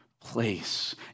place